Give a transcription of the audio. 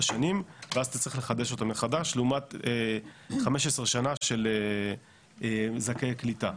שנים ואז אתה צריך לחדש אותו מחדש לעומת 15 שנים של זכאי קליטה,